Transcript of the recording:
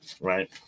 Right